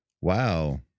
Wow